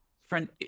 friend